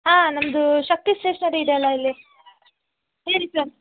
ಹಾಂ ನಮ್ಮದು ಶಕ್ತಿ ಸ್ಟೇಷ್ನರಿ ಇದೆಯಲ್ಲ ಇಲ್ಲಿ ಹೇಳಿ ಸರ್